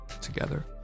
together